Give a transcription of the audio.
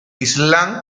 islam